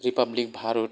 republic Bharat